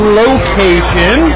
location